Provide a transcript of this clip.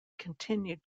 continued